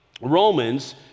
Romans